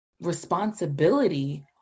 responsibility